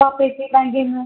co-operative ബാങ്കിൽ നിന്ന്